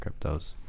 cryptos